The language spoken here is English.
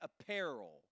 apparel